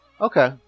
Okay